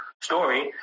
story